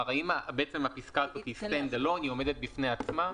האם הפסקה הזו עומדת בפני עצמה?